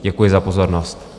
Děkuji za pozornost.